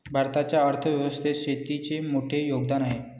भारताच्या अर्थ व्यवस्थेत शेतीचे मोठे योगदान आहे